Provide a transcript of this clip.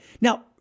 Now